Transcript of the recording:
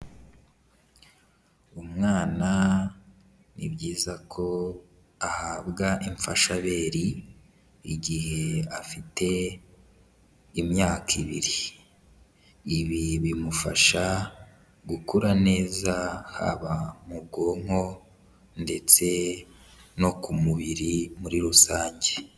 Umwana ni byiza ko ahabwa imfashabereri igihe afite imyaka ibiri, ibi bimufasha gukura neza, haba mu bwonko ndetse no ku mubiri muri rusange.